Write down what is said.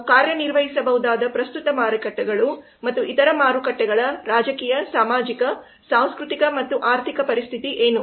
ನಾವು ಕಾರ್ಯನಿರ್ವಹಿಸಬಹುದಾದ ಪ್ರಸ್ತುತ ಮಾರುಕಟ್ಟೆಗಳು ಮತ್ತು ಇತರ ಮಾರುಕಟ್ಟೆಗಳ ರಾಜಕೀಯ ಸಾಮಾಜಿಕ ಸಾಂಸ್ಕೃತಿಕ ಮತ್ತು ಆರ್ಥಿಕ ಪರಿಸ್ಥಿತಿ ಏನು